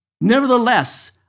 Nevertheless